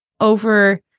over